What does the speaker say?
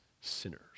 sinners